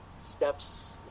steps